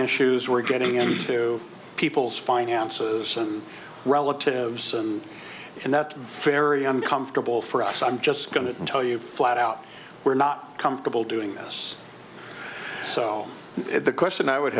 issues we're getting into people's finances and relatives and that's very uncomfortable for us i'm just going to tell you flat out we're not comfortable doing this so the question i would